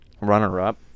Runner-up